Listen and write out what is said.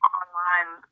online